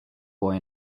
boy